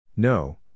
No